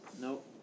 Nope